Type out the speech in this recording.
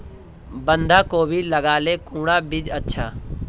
बंधाकोबी लगाले कुंडा बीज अच्छा?